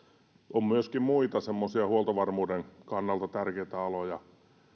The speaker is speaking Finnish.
on myöskin muita semmoisia huoltovarmuuden kannalta tärkeitä aloja